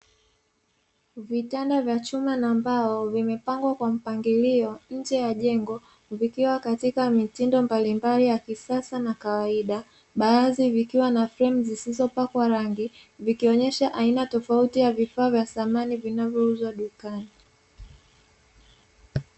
Vitanda vya chuma na mbao, vimepangwa kwa mpangilio nje ya jengo. Zikiwa katika mitindo mbalimbali ya kisasa na kawaida, baadhi zikiwa na fremu zisizopakwa rangi, zikionyesha aina tofauti ya vifaa vya samani zinazouzwa dukani.